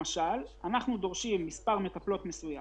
אם אנחנו דורשים מספר מטפלות מסוים,